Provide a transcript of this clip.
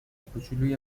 کوچولوی